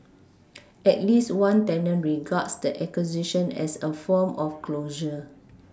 at least one tenant regards the acquisition as a form of closure